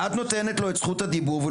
ואת נותנת לו את זכות הדיבור.